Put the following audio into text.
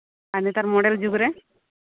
ᱟᱨ ᱱᱮᱛᱟᱨ ᱢᱚᱰᱮᱞ ᱡᱩᱜᱽ ᱨᱮ